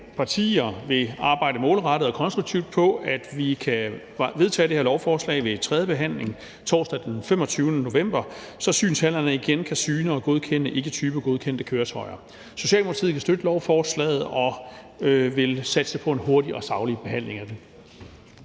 partier vil arbejde målrettet og konstruktivt på, at vi kan vedtage det her lovforslag ved tredjebehandlingen torsdag den 25. november, så synshallerne igen kan syne og godkende ikketypegodkendte køretøjer. Socialdemokratiet kan støtte lovforslaget og vil satse på en hurtig og saglig behandling af det.